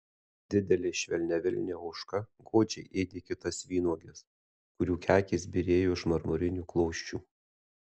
didelė švelniavilnė ožka godžiai ėdė kitas vynuoges kurių kekės byrėjo iš marmurinių klosčių